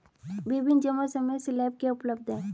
विभिन्न जमा समय स्लैब क्या उपलब्ध हैं?